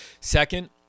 Second